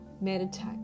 meditate